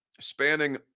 spanning